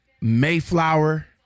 mayflower